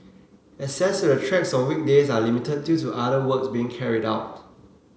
access to the tracks on weekdays are limited due to other works being carried out